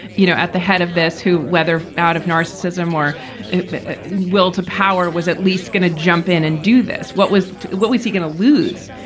you know, at the head of this who, whether out of narcissism or will to power, was at least going to jump in and do this. what was what was he going to lose?